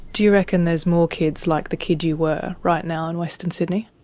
do you reckon there's more kids like the kid you were right now in western sydney?